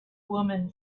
woman